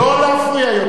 לא להפריע יותר.